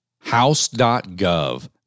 House.gov